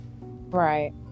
Right